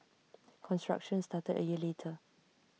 construction started A year later